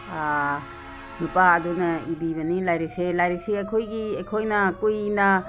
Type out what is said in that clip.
ꯅꯨꯄꯥ ꯑꯗꯨꯅ ꯏꯕꯤꯕꯅꯤ ꯂꯥꯏꯔꯤꯛꯁꯦ ꯂꯥꯏꯔꯤꯛꯁꯦ ꯑꯩꯈꯣꯏꯒꯤ ꯑꯩꯈꯣꯏꯅ ꯀꯨꯏꯅ